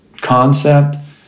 concept